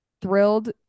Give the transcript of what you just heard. thrilled